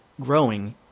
growing